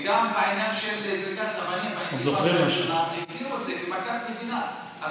וגם בעניין של זריקת אבנים באינתיפאדה הראשונה הגדירו את זה מכת מדינה.